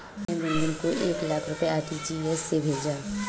अमित ने गुनगुन को एक लाख रुपए आर.टी.जी.एस से भेजा